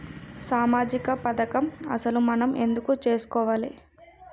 సామాజిక పథకం అసలు మనం ఎందుకు చేస్కోవాలే?